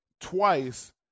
twice